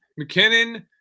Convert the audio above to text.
McKinnon